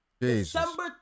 December